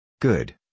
Good